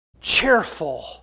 Cheerful